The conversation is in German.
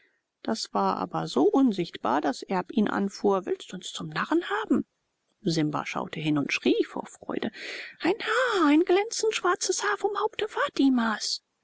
das war aber so unsichtbar daß erb ihn anfuhr willst du uns zum narren haben simba schaute hin und schrie vor freude ein haar ein glänzend schwarzes haar vom